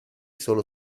solo